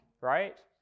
right